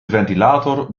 ventilator